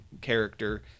character